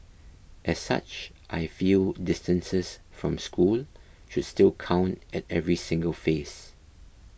as such I feel distances from school should still count at every single phase